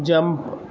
jump